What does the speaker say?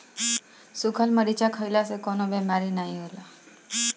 सुखल मरीचा खईला से कवनो बेमारी नाइ होला